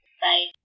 Bye